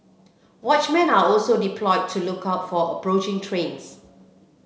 watchmen are also deployed to look out for approaching trains